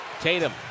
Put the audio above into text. Tatum